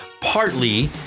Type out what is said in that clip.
partly